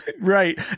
Right